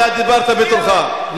אתה דיברת בתורך.